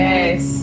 Yes